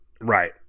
right